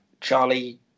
charlie